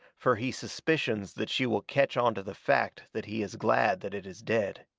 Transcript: fur he suspicions that she will ketch onto the fact that he is glad that it is dead.